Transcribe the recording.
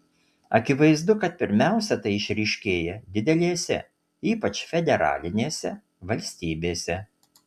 akivaizdu kad pirmiausia tai išryškėja didelėse ypač federalinėse valstybėse